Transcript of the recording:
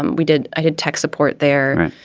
and we did i had tech support there.